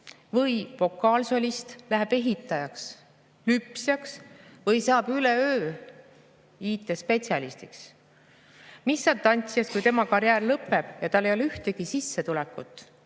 või vokaalsolist läheb ehitajaks, lüpsjaks või saab üleöö IT‑spetsialistiks? Mis saab tantsijast, kui tema karjäär lõpeb ja tal ei ole ühtegi sissetulekut?